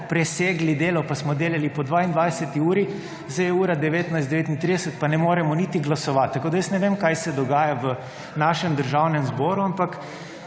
presegli delo, pa smo delali po 22. uri, zdaj je ura 19.39, pa ne moremo niti glasovati. Tako da jaz ne vem, kaj se dogaja v našem državnem zboru, ampak